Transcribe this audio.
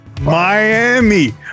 Miami